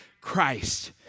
Christ